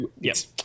yes